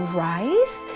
rice